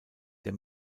der